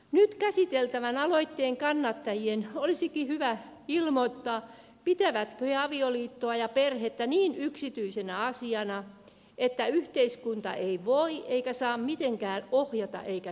nyt käsiteltävän aloitteen kannattajien olisikin hyvä ilmoittaa pitävätkö he avioliittoa ja perhettä niin yksityisenä asiana että yhteiskunta ei voi eikä saa mitenkään ohjata eikä säädellä sitä